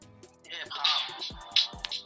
Hip-hop